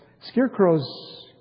scarecrows